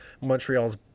Montreal's